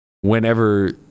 whenever